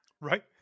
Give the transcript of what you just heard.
Right